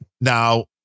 now